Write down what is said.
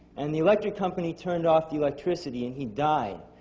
and the electric company turned off the electricity and he died.